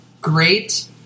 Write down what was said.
great